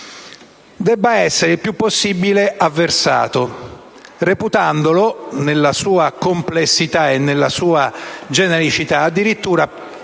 debba essere il più possibile avversato, reputandolo, nella sua complessità e nella sua genericità, addirittura